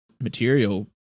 material